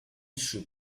should